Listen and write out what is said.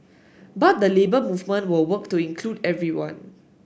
but the Labour Movement will work to include everyone